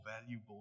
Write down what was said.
valuable